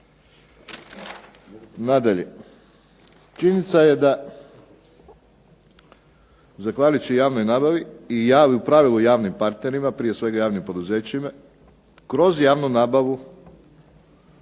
Nadalje. Činjenica je da zahvaljujući javnoj nabavi i u pravilu javnim partnerima, prije svega javnim poduzećima, kroz javnu nabavu